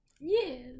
Yes